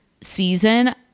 season